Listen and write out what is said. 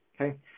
Okay